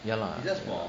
ya lah